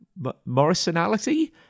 Morrisonality